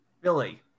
Billy